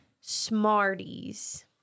Smarties